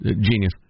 Genius